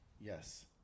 Yes